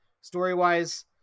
Story-wise